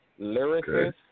Lyricist